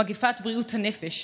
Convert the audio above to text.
מגפת בריאות הנפש,